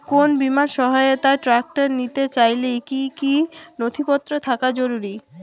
কোন বিমার সহায়তায় ট্রাক্টর নিতে চাইলে কী কী নথিপত্র থাকা জরুরি?